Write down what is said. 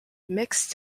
mixed